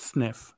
Sniff